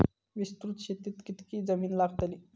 विस्तृत शेतीक कितकी जमीन लागतली?